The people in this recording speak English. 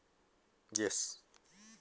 yes